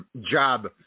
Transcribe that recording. job